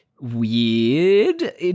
weird